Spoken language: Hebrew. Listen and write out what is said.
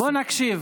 בואו נקשיב.